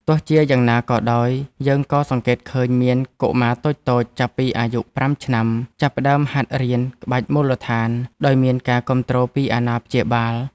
ទោះជាយ៉ាងណាក៏ដោយ យើងក៏សង្កេតឃើញមានកុមារតូចៗចាប់ពីអាយុ ៥ ឆ្នាំ ចាប់ផ្ដើមហាត់រៀនក្បាច់មូលដ្ឋានដោយមានការគាំទ្រពីអាណាព្យាបាល។